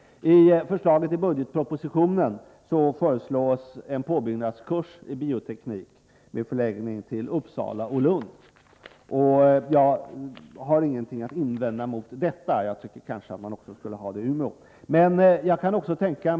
I budgetprospositionen föreslås en påbyggnadskurs i bioteknik med förläggning till Uppsala och Lund. Jag har inget att invända mot detta, även om jag tycker att denna kurs kanske skulle kunna finnas också i Umeå.